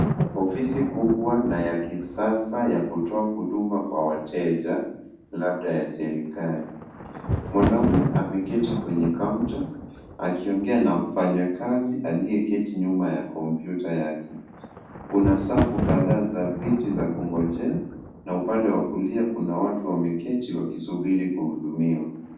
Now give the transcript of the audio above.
Ofisi kubwa na ya kisasa ya kutoa huduma kwa wateja labda ya serikali. Mwanaume ameketi kwenye kaunta akiongea na mfanyekazi aliye keti nyuma ya komputa yake. Kuna safu kadhaa ya viti ya kungojea na upande wa kulia kuna watu wameketi wakisubiri kuhudumiwa.